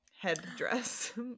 headdress